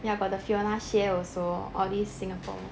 ya got the fiona xie also all these singapore